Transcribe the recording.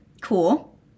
Cool